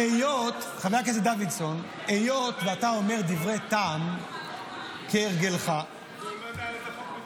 היות שאתה אומר דברי טעם כהרגלך --- הוא לא יודע על איזה חוק מדובר.